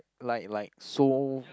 like like so